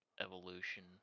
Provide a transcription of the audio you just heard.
evolution